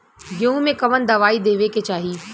गेहूँ मे कवन दवाई देवे के चाही?